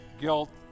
guilt